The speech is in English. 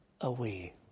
away